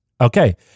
okay